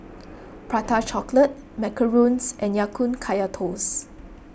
Prata Chocolate Macarons and Ya Kun Kaya Toast